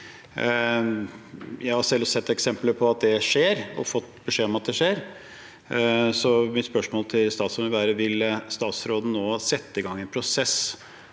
Jeg har selv sett eksempler på at det skjer, og fått beskjed om at det skjer, så mitt spørsmål til statsråden vil være: Vil statsråden nå sette i gang en prosess